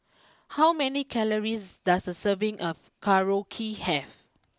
how many calories does a serving of Korokke have